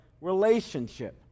relationship